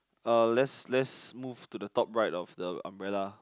uh let's let's move to the top right of the umbrella